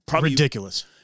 Ridiculous